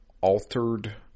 altered